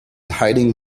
hiding